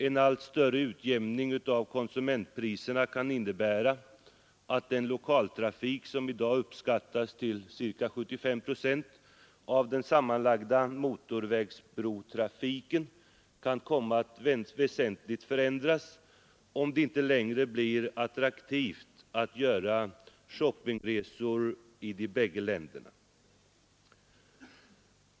En allt större utjämning av konsumentpriserna kan innebära att den lokaltrafik som i dag uppskattas till 75 procent av den sammanlagda motorvägsbrotrafiken kan komma att väsentligt förändras, om det inte längre blir attraktivt att göra shoppingresor i de bägge länderna.